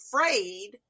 afraid